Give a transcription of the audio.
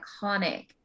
iconic